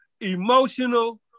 emotional